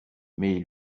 mais